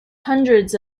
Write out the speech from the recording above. hundreds